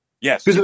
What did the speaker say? Yes